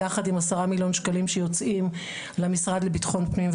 יחד עם עשרה מיליון שקלים שיוצאים למשרד לבטחון פנים,